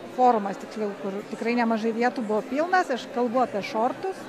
forumas tiksliau kur tikrai nemažai vietų buvo pilnas aš kalbu apie šortus